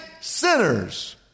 sinners